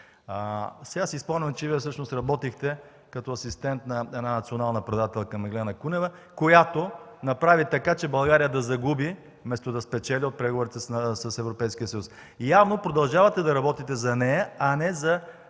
много помним – че Вие всъщност работихте като асистент на една национална предателка Меглена Кунева, която направи така, че България да загуби, вместо да спечели от преговорите с Европейския съюз. Явно продължавате да работите за нея, а не за